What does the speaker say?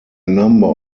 number